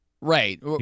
Right